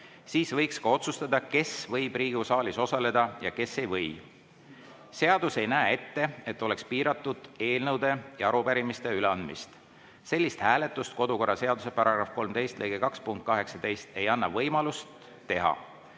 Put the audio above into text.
Siis võiks ka otsustada, kes võib Riigikogu saalis osaleda ja kes ei või. Seadus ei näe ette, et oleks piiratud eelnõude ja arupärimiste üleandmist. Sellist hääletust kodukorraseaduse § 13 lõige 2 punkt 18 ei anna võimalust teha.